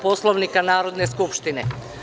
Poslovnika Narodne skupštine.